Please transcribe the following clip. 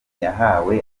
yahawe